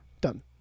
done